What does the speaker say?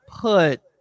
put